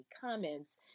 comments